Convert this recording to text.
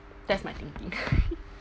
that's my thinking